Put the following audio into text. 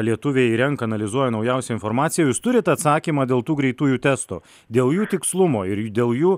lietuviai renka analizuoja naujausią informaciją jūs turit atsakymą dėl tų greitųjų testų dėl jų tikslumo ir dėl jų